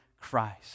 Christ